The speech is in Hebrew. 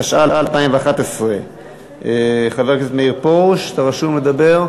התשע"א 2011. חבר הכנסת מאיר פרוש, אתה רשום לדבר.